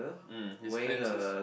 um his pants is